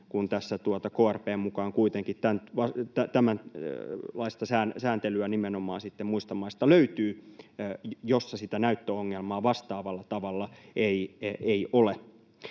kun krp:n mukaan kuitenkin tämänlaista sääntelyä nimenomaan muista maista löytyy, jossa näyttöongelmaa vastaavalla tavalla ei ole?